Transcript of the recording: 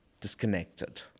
disconnected